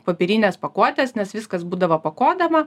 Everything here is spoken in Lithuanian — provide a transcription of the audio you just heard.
popierinės pakuotės nes viskas būdavo pakuodama